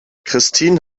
christine